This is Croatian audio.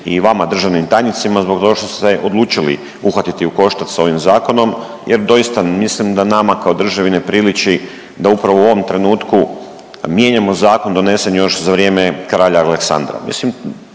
i vama državnim tajnicima zbog toga što ste se odlučili uhvatiti u koštac sa ovim zakonom, jer doista mislim da nama kao državi ne priliči da upravo u ovom trenutku mijenjamo zakon donesen još za vrijeme kralja Aleksandra.